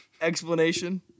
Explanation